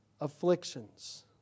afflictions